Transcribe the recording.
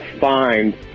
find